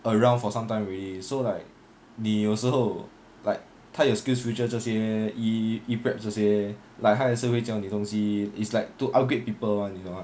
around for some time already so like 你有时候 like 他有 skillsfuture 这些 E e-prep 这些 like 它还是会教你东西 is like to upgrade people one 你懂吗